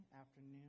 afternoon